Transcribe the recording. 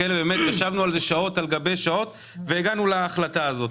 ישבנו על זה שעות והגענו להחלטה הזאת.